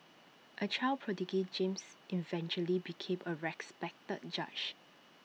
A child prodigy James eventually became A respected judge